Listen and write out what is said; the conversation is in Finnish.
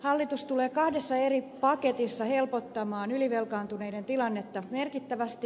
hallitus tulee kahdessa eri paketissa helpottamaan ylivelkaantuneiden tilannetta merkittävästi